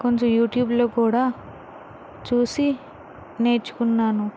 కొంచెం యూట్యూబ్లో కూడా చూసి నేర్చుకున్నాను